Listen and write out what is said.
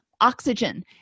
oxygen